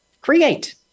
create